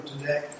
today